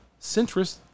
centrist